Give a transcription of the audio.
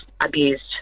abused